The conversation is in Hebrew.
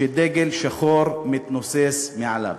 שדגל שחור מתנוסס מעליו.